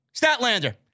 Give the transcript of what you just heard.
Statlander